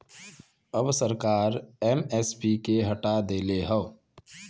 अब सरकार एम.एस.पी के हटा देले हौ